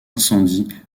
incendies